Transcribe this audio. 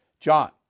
John